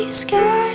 sky